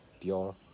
pure